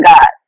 God